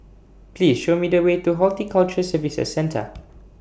Please Show Me The Way to Horticulture Services Centre